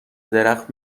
درخت